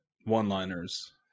one-liners